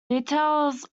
details